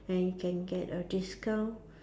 and you can get a discount